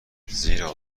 زیرا